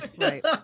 right